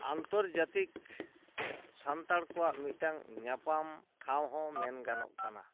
ᱟᱱᱛᱚᱨᱡᱟᱛᱤᱠ ᱥᱟᱱᱛᱟᱲ ᱠᱚᱣᱟᱜ ᱢᱤᱫᱴᱟᱝ ᱧᱟᱯᱟᱢ ᱴᱷᱟᱶ ᱦᱚᱸ ᱢᱮᱱ ᱜᱟᱱᱚᱜ ᱠᱟᱱᱟ